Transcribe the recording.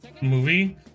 movie